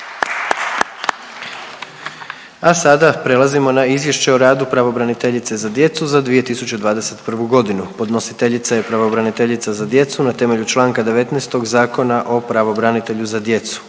A sada prelazimo na - Izvješće o radu pravobraniteljice za djecu za 2021. godinu Podnositeljica pravobraniteljica za djecu na temelju članka 19. Zakona o pravobranitelju za djecu.